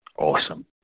Awesome